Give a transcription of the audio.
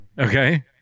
Okay